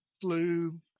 flew